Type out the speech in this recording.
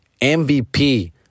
MVP